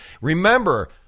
Remember